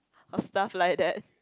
or stuff like that